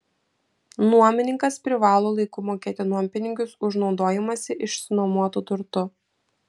nuomininkas privalo laiku mokėti nuompinigius už naudojimąsi išsinuomotu turtu